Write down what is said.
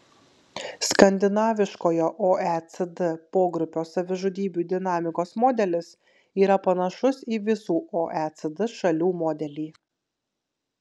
skandinaviškojo oecd pogrupio savižudybių dinamikos modelis yra panašus į visų oecd šalių modelį